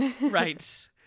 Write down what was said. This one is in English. Right